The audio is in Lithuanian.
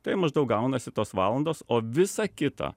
tai maždaug gaunasi tos valandos o visa kita